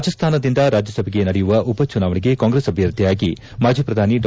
ರಾಜಸ್ತಾನದಿಂದ ರಾಜ್ಯಸಭೆಗೆ ನಡೆಯುವ ಉಪಚುನಾವಣೆಗೆ ಕಾಂಗ್ರೆಸ್ ಅಭ್ಯರ್ಥಿಯಾಗಿ ಮಾಜಿ ಪ್ರಧಾನಿ ಡಾ